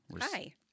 Hi